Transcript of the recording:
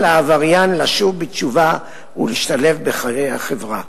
העבריין לשוב בתשובה ולהשתלב בחיי החברה.